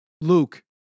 Luke